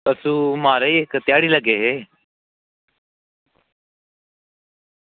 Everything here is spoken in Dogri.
अस म्हाराज ध्याड़ी लग्गे दे